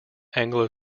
anglo